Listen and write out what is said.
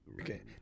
Okay